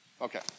Okay